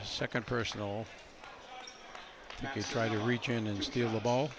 second personal he's tried to reach in and steal the ball